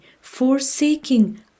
forsaking